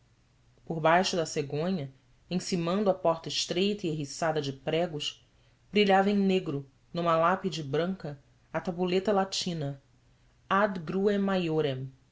por baixo da cegonha encimando a porta estreita e eriçada de pregos brilhava em negro numa lápide branca a tabuleta latina ad gruem majorem